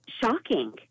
shocking